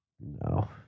No